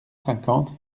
cinquante